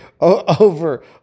over